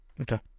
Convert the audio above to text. Okay